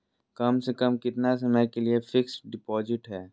कम से कम कितना समय के लिए फिक्स डिपोजिट है?